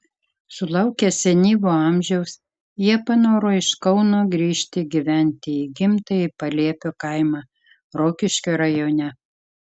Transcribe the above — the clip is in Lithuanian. sulaukę senyvo amžiaus jie panoro iš kauno grįžti gyventi į gimtąjį paliepio kaimą rokiškio rajone